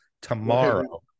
tomorrow